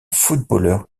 footballeur